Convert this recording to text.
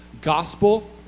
gospel